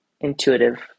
intuitive